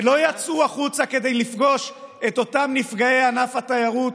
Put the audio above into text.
שלא יצאו החוצה כדי לפגוש את נפגעי ענף התיירות,